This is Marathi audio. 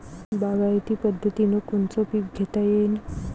बागायती पद्धतीनं कोनचे पीक घेता येईन?